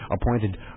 appointed